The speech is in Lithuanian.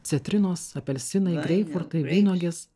citrinos apelsinai greipfrutai vynuogės